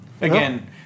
Again